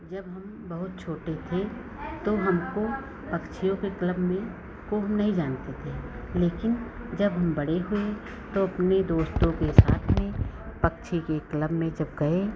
जब हम बहुत छोटे थे तो हमको पक्षियों के क्लब में को हम नहीं जानते थे लेकिन जब हम बड़े हुए तो अपने दोस्तों के साथ में पक्षी के क्लब में जब गए